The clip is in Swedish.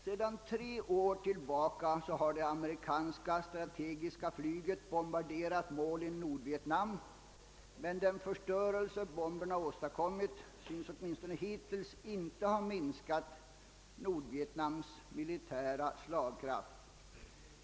Sedan tre år tillbaka har det amerikanska strategiska flyget bombarderat mål i Nordvietnam, men den förstörelse bomberna åstadkommit synes åtminstone hittills inte ha minskat Nord vietnams militära slagkraft.